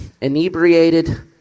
inebriated